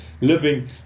living